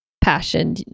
passion